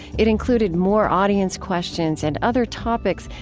it included more audience questions and other topics,